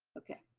okay.